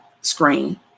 screen